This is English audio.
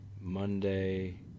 monday